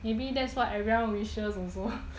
maybe that's what everyone wishes also